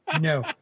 No